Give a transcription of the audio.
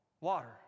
Water